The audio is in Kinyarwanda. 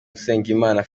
usengimana